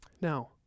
Now